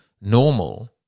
normal